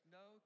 no